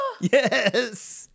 yes